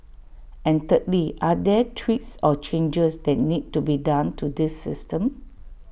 and thirdly are there tweaks or changes that need to be done to this system